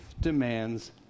demands